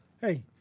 Hey